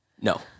No